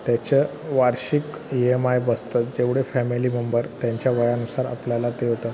त्याचं वार्षिक E M I बसतं जेवढे फॅमिली मेंबर त्यांच्या वयानुसार आपल्याला ते होतं